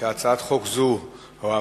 (מניעת פיטורים מחזוריים),